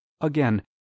Again